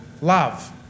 love